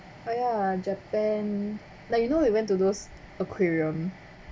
!aiya! japan like you know you went to those aquarium